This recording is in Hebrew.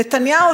נתניהו,